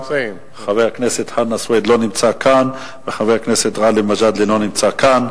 חבר הכנסת חנא סוייד לא נמצא כאן וחבר הכנסת גאלב מג'אדלה לא נמצא כאן.